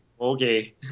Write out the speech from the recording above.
okay